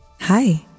Hi